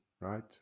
right